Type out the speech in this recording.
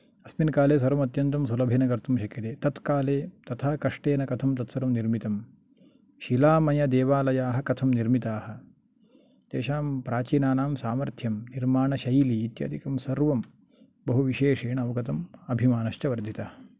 अस्मिन् काले सर्वं अत्यन्तं सुलभेन कर्तुं शक्यते तत् काले तथा कष्टेन कथं तत् सर्वं निर्मितं शिलामयदेवालयाः कथं निर्मिताः तेषां प्राचिनानां सामर्थ्यं निर्माणशैलि इत्यादिकं सर्वं बहु विशेषेण अवगतम् अभिमानश्च वर्धितः